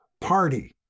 party